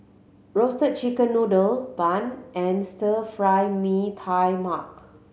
Roasted Chicken Noodle bun and stir fried nee tai mak